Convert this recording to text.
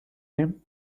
nehmen